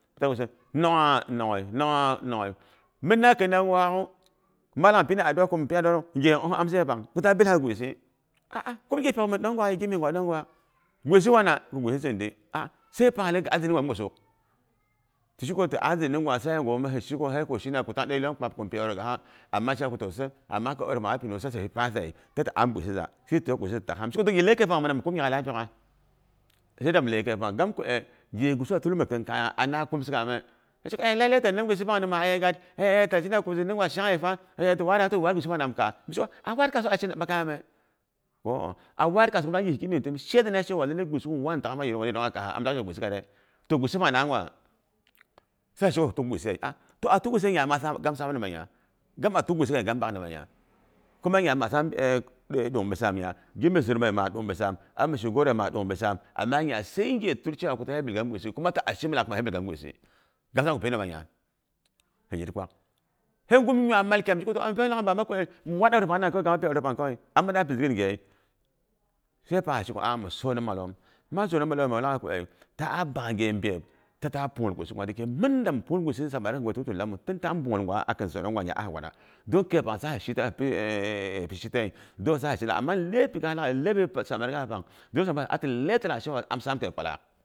Toh mi shenako nongha? Nonghe. Munna kirina gwaak'ghu mallam pini adu'a ko mipi adua na wu, nghe'o amsi a yepang kwo ta bilha gwisi a'a kum nghe pyok min ɗong gwaak a ye gimis ngwa ɗong gwaak gwisi wana? Ko gwisi zindi, sai ti pang leita ko niga ati zindi pang mi ngosuk? Ti shiko ti'a zindi ngwa sa'ingwu tang dei lyong kpab ko mi pi aure gaha, mi ha shega ko ma pinung ko sa hipi pasaye, ta tiami gwisiza. Misheko toh gi leikaei pang mina mi kum nya'ala. sai da mi lei keipang, gani ku e, ghe gwisiwa tal min khinkaya anna kumsigame, hi sheko e lale ta nim gwisi pang nima'a yegat eh ta zheda ko zindi ngwa shanghe fa eh ti wadawu ti waad gwihi pangnam kaas, me mi sheko ti waat kaasa an shena ni ɓakayame? Ko o'o, a war kaas gam lak yi gimyesa mi təm shedana awa lale gwisiguwa wani tagghima yirungha kaaha am lak yok gwisi gatde? Gwisi pang na gwa? Sai hi sheko hi tuk gwisiye. To a tuk awisiye nya gam sam nama nya? gam bak nama nya? Kuma nya masam ɗung bisam. Gimes suur mi aye ɗung bisam, har mi shi goro ye mi 'a ɗung bisam. Ama nya sai yinghe mi ti sur cewa ko tapi bil gam gwisi, kuma ta'a ghemin laghai ko ma pi bil gam gwisi. Gam sam ko mi pina nama nya? Hi yitkwak. Hei gum nwaimal kyaam. Toh a bi pen lagha baba mi waat aure pangha kawai kang am pi aure pang, am am da pi zindighit ngyeyei. Sai a yepang hi sheko ah mi sonmi malom ma sonmi malome wula ko eh, ta'a bak ghe byep. Tata pungwul gwisi pang. Dayike mindami pungwul gwisi samari ngu tutuwu ti lamu. Ta ta bangwul gwa, nya a hi waatda. Dung keipang sa hi shita eh hi shita yeh, amani leipi ghalagha ni leipi samanga pang, dong samanga pang atileita laghai da cewa am sam kei kwalakghu.